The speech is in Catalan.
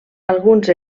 alguns